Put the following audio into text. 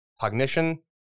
cognition